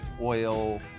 Oil